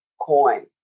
coin